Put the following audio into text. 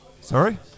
Sorry